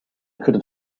could